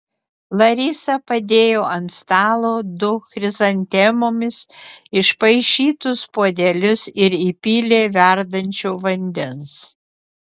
larisa padėjo ant stalo du chrizantemomis išpaišytus puodelius ir įpylė verdančio vandens